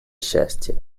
счастья